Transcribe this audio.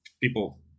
people